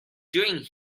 doing